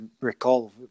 recall